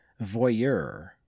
Voyeur